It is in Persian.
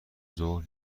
ظهر